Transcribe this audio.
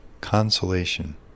consolation